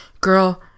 Girl